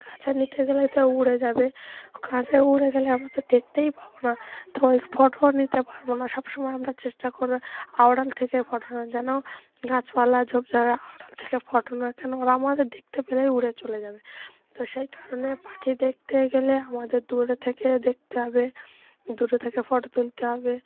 কাছের নিতে গেলেই তো উড়ে যাবে কাছে উড়ে গেলে আমরা তো দেখতেই পাব না তো ওই ফটোও নিতে পারব না সবসময় আমরা চেষ্টা করব আড়াল থেকে ফটোটা যেন গাছপালা ঝোপ ঝাড়ের আড়াল থেকে ফটোটা যেন ওরা আমাদের দেখতে পেলেই উড়ে চলে যাবে তো সেই কারণে পাখি দেখতে গেলে আমাদের দূরে থেকে দেখতে হবে দূরে থেকে ফটো তুলতে হবে